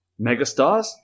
megastars